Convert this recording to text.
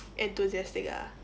enthusiastic ah